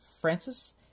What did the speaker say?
Francis